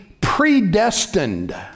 predestined